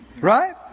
Right